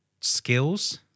skills